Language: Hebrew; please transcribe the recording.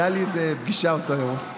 הייתה לי איזה פגישה באותו היום,